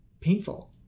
painful